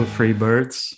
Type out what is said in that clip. FreeBirds